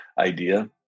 Idea